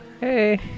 Hey